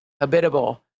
habitable